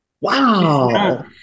Wow